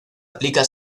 aplica